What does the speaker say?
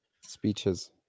speeches